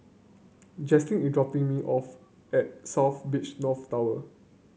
Jaclyn is dropping me off at South Beach North Tower